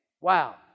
Wow